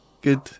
Good